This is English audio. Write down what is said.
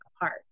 apart